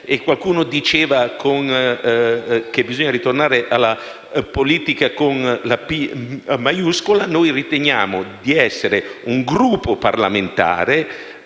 Qualcuno diceva che bisogna tornare alla politica con la «P» maiuscola. Riteniamo di essere un Gruppo parlamentare